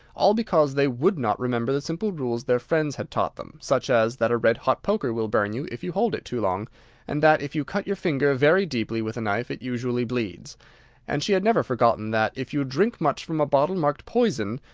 all because they would not remember the simple rules their friends had taught them such as, that a red-hot poker will burn you if you hold it too long and that, if you cut your finger very deeply with a knife, it usually bleeds and she had never forgotten that, if you drink much from a bottle marked poison,